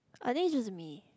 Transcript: I think just me